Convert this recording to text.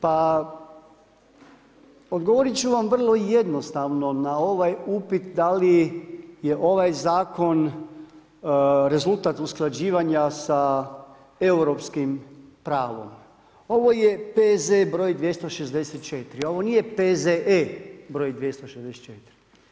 Pa odgovorit ću vam vrlo jednostavno na ovaj upit da li je ovaj zakon rezultat usklađivanja sa europskim pravom, ovo je P.Z. br. 264. ovo nije P.Z.E. br. 264.